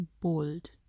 bold